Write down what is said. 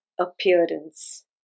appearance